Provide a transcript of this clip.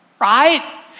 Right